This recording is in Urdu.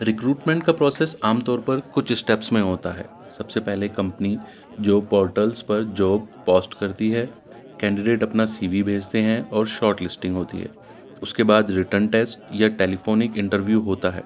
ریکروٹمنٹ کا پروسیس عام طور پر کچھ اسٹیپس میں ہوتا ہے سب سے پہلے کمپنی جاب پورٹلس پر جاب پوسٹ کرتی ہے کینڈیڈیٹ اپنا سی وی بھیجتے ہیں اور شارٹ لسٹنگ ہوتی ہے اس کے بعد ریٹرن ٹیسٹ یا ٹیلیفونک انٹرویو ہوتا ہے